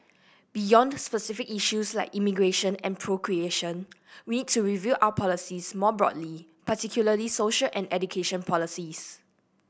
beyond specific issues like immigration and procreation we need to review our policies more broadly particularly social and education policies